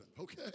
okay